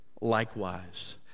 likewise